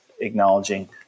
acknowledging